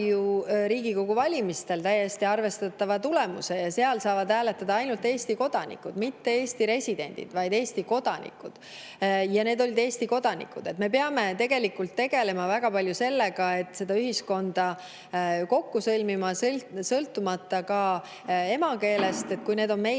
Riigikogu valimistel täiesti arvestatava tulemuse, ja seal saavad hääletada ainult Eesti kodanikud – mitte Eesti residendid, vaid Eesti kodanikud. Ja need olid Eesti kodanikud. Me peame tegelikult tegelema väga palju sellega, et ühiskonda kokku sõlmida, sõltumata emakeelest, et kui nad on meie